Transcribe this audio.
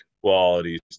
qualities